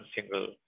single